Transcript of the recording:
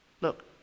Look